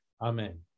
Amen